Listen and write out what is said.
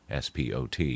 SPOT